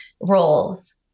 roles